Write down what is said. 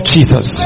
Jesus